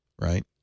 Right